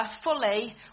fully